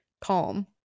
calm